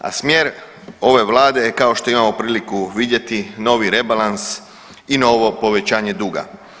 A smjer ove vlade je kao što imamo priliku vidjeti novi rebalans i novo povećanje duga.